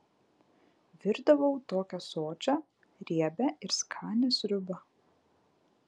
virdavau tokią sočią riebią ir skanią sriubą